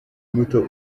muto